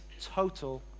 total